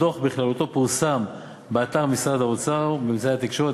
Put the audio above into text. הדוח בכללותו פורסם באתר משרד האוצר ובאמצעי התקשורת.